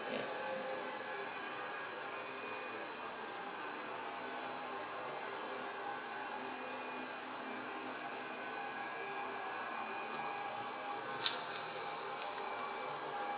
ya